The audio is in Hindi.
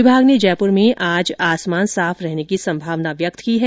विभाग ने जयपुर में आज आसमान साफ रहने की संभावना व्यक्त की है